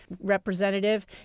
representative